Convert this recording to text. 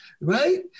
Right